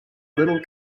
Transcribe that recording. little